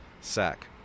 sack